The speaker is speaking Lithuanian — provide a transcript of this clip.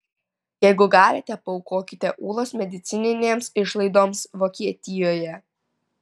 jeigu galite paaukokite ūlos medicininėms išlaidoms vokietijoje